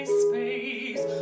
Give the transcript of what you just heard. space